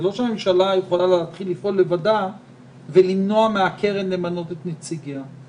זה לא שהממשלה יכולה להתחיל לפעול לבדה ולמנוע מהקרן למנות את נציגיה.